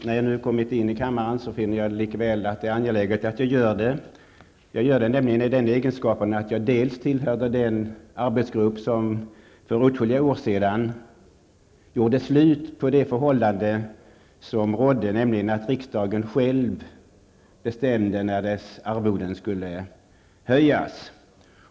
När jag nu har kommit in i kammaren finner jag det angeläget att begära ordet, och det gör jag i egenskap av ledamot av den arbetsgrupp som för åtskilliga år sedan gjorde slut på förhållandet att riksdagen själv bestämde när ledamöternas arvoden skulle höjas.